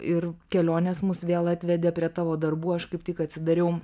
ir kelionės mus vėl atvedė prie tavo darbų aš kaip tik atsidariau